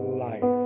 life